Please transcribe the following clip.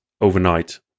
overnight